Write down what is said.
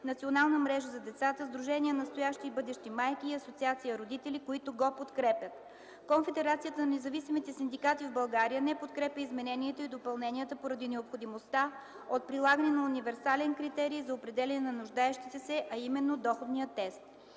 Национална мрежа за децата, Сдружение „Настоящи и бъдещи майки” и Асоциация „Родители”, които го подкрепят. Конфедерацията на независимите синдикати в България не подкрепя измененията и допълненията поради необходимостта от прилагане на универсален критерий за определяне на нуждаещите се, а именно „доходният тест”.